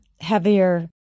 heavier